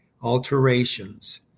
alterations